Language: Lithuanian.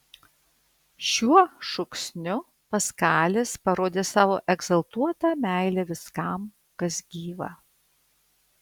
šiuo šūksniu paskalis parodė savo egzaltuotą meilę viskam kas gyva